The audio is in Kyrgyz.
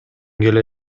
келе